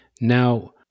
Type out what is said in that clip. Now